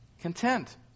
content